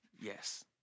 Yes